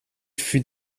fut